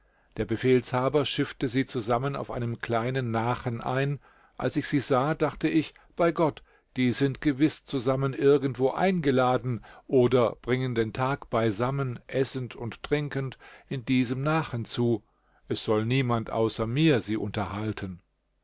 der befehlshaber schiffte sie zusammen auf einem kleinen nachen ein als ich sie sah dachte ich bei gott die sind gewiß zusammen irgendwo eingeladen oder bringen den tag beisammen essend und trinkend in diesem nachen zu es soll niemand außer mir sie unterhalten